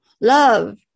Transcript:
Love